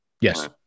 Yes